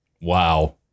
Wow